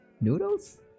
Noodles